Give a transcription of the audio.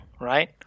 right